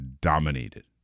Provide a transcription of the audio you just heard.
dominated